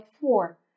four